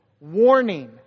warning